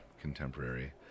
contemporary